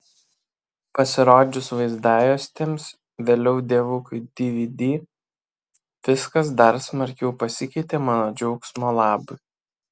pasirodžius vaizdajuostėms vėliau dievukui dvd viskas dar smarkiau pasikeitė mano džiaugsmo labui